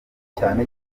cyane